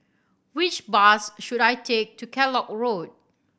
which bus should I take to Kellock Road